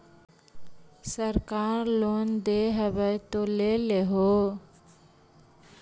सरकार लोन दे हबै तो ले हो?